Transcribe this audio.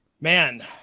man